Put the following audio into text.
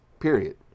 period